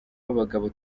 b’abagabo